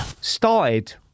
started